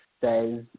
says